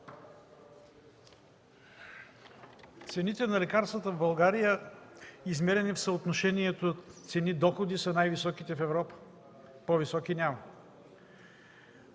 Цените на лекарствата в България, измерени в съотношението цени – доходи, са най-високите в Европа, по-високи няма.